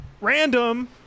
Random